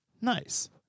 Nice